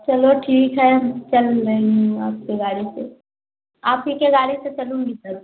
चलो ठीक है चल रही हूँ आपकी गाड़ी से आप ही के गाड़ी से चलूँगी सर